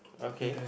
okay